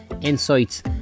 insights